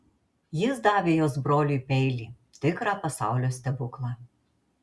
jis davė jos broliui peilį tikrą pasaulio stebuklą